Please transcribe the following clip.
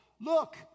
Look